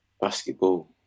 basketball